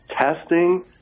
testing